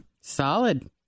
Solid